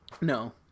No